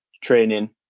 training